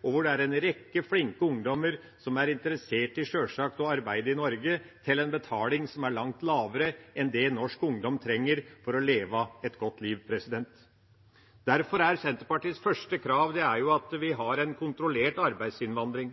og hvor det er en rekke flinke ungdommer som sjølsagt er interessert i å arbeide i Norge til en betaling som er langt lavere enn det norsk ungdom trenger for å leve et godt liv. Derfor er Senterpartiets første krav at vi har en kontrollert arbeidsinnvandring